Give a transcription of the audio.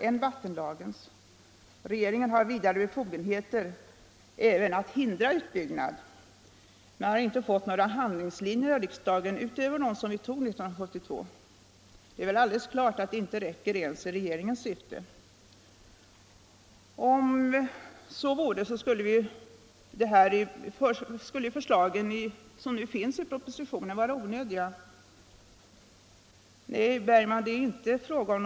Reservationen 3 innehåller krav på ett tioårsprogram. Dess huvudpunkt är att alla hus byggda före 1960 inom tio år skall ha nåtts av åtgärder. Sett som uttryck för en eventuell ökad ambition är också ett sådant här uttalande ganska innehållslöst.